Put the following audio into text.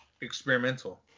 experimental